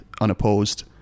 unopposed